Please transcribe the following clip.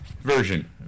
version